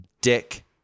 dick